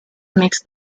makes